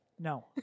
No